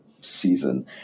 season